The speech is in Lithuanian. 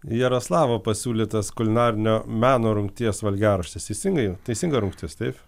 jaroslavo pasiūlytas kulinarinio meno rungties valgiaraštis teisingai teisinga rungtis taip